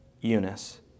Eunice